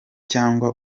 cyangwa